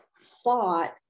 thought